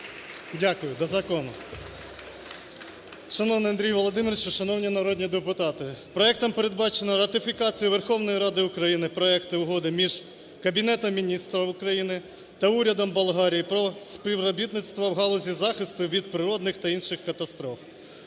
до закону. Шановний Андрію Володимировичу! Шановні народні депутати! Проектом передбачено ратифікацію Верховною Радою України проекту Угоди між Кабінетом Міністрів України та Урядом Болгарії про співробітництво в галузі захисту від природних та інших катастроф.